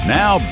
now